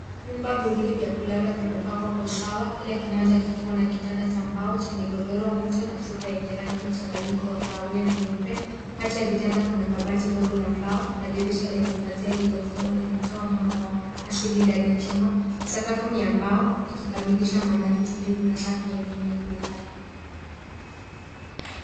Vyumba viwili vya kulala vimepangwa kwa usawa kila kimoja kikiwa na kitanda cha mbao chenye godoro, mto na shuka yenye rangi mchanganyiko ya kahawia na nyeupe. Kati ya vitanda kuna kabati ndogo la mbao na dirisha lenye pazia lililofungwa linatoa mwanga wa asili ndani ya chumba. Sakafu ni ya mbao ikikamilisha mandhari tulivu na safi ya eneo la kulala.